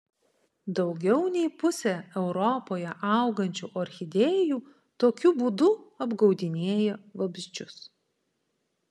daugiau nei pusė europoje augančių orchidėjų tokiu būdu apgaudinėja vabzdžius